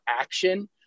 action